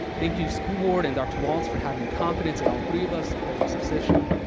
thank you school board and dr. walt for having the confidence and all three of us to hold this position.